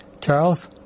Charles